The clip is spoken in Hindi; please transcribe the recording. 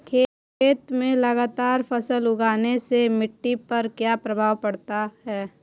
खेत में लगातार फसल उगाने से मिट्टी पर क्या प्रभाव पड़ता है?